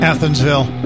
Athensville